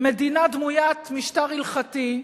מדינה דמוית משטר הלכתי,